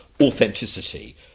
authenticity